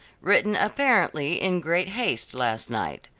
written apparently in great haste last night.